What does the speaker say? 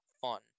fun